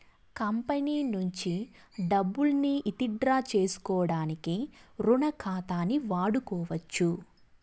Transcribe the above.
company నుంచి డబ్బుల్ని withdraw సేసుకోడానికి రుణ ఖాతాని వాడుకోవచ్చు